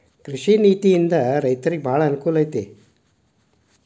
ಕೃಷಿ ನೇತಿಯಿಂದ ರೈತರಿಗೆ ಬಾಳ ಅನಕೂಲ ಐತಿ